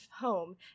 home